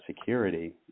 security